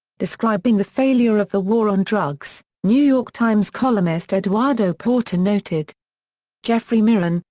describing the failure of the war on drugs, new york times columnist eduardo porter noted jeffrey miron,